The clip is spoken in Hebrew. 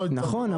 נכון,